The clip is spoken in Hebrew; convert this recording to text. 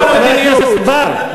חבר הכנסת בר,